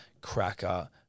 cracker